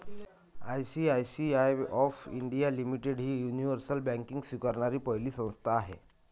ICICI of India limited ही universal banking स्वीकारणारी पहिली संस्था आहे